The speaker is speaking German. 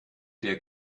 der